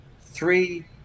Three